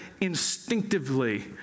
instinctively